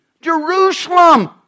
Jerusalem